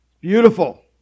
beautiful